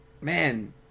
man